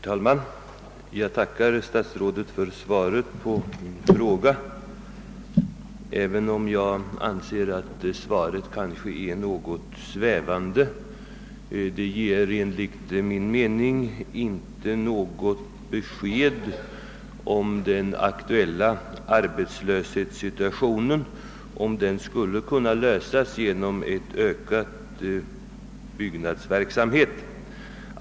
Herr talman! Jag tackar statsrådet för svaret på min fråga, även om jag anser att det kanske är något svävande — det ger enligt min mening inte något besked om huruvida den aktuella arbetslöshetssituationen kan lösas genom ökad byggnadsverksamhet.